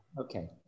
Okay